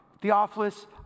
Theophilus